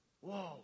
whoa